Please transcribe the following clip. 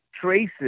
traces